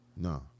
No